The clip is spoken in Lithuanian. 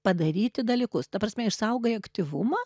padaryti dalykus ta prasme išsaugai aktyvumą